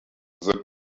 that